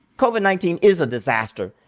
covid nineteen is a disaster.